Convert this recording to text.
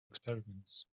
experiments